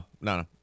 no